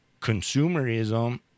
consumerism